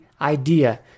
idea